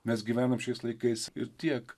mes gyvenam šiais laikais ir tiek